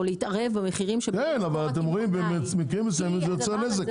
להתערב במחירים- -- כן אבל במקרים מסוימים זה יוצר נזק.